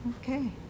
Okay